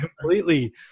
completely